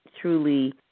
truly